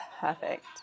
perfect